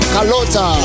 Kalota